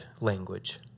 language